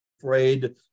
afraid